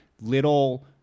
little